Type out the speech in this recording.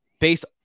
based